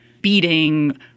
beating